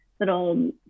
little